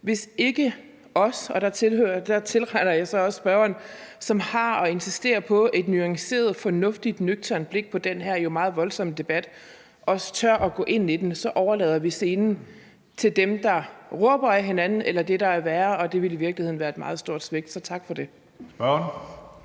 hvis ikke os, og der tilregner jeg så også spørgeren, som har og insisterer på et nuanceret, fornuftigt, nøgternt blik på den her jo meget voldsomme debat, også tør gå ind i den, så overlader vi scenen til dem, der råber ad hinanden eller det, der er værre, og det ville i virkeligheden være et meget stort svigt. Så tak for det.